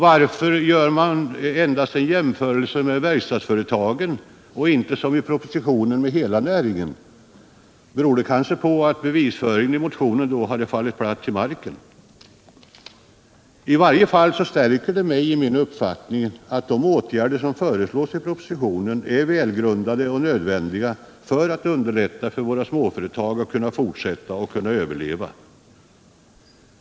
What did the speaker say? Varför jämför man bara med verkstadsföretagen och inte — som i propositionen — med hela näringen? Beror det kanske på att bevisföringen i motionen då hade fallit platt till marken? I varje fall stärker det mig i min uppfattning att de åtgärder som föreslås i propositionen är välgrundade och nödvändiga för att underlätta för våra småföretag att överleva och fortsätta sin verksamhet.